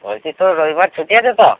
বলছি তোর রবিবার ছুটি আছে তো